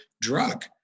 drug